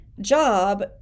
job